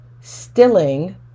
stilling